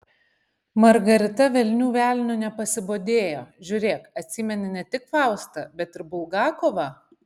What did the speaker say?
margarita velnių velniu nepasibodėjo žiūrėk atsimeni ne tik faustą bet ir bulgakovą